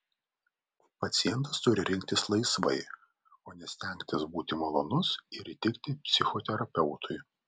pacientas turi rinktis laisvai o ne stengtis būti malonus ir įtikti psichoterapeutui